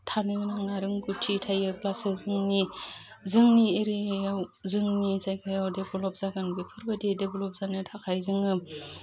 थानोबो नाङा आरो रोंगौथि थायोब्लासो जोंनि जोंनि एरियायाव जोंनि जायगायाव डेबलब जागोन बेफोरबायदि डेबलब जानो थाखाय जोङो